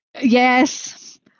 Yes